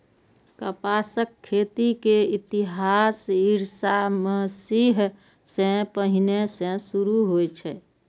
कपासक खेती के इतिहास ईशा मसीह सं पहिने सं शुरू होइ छै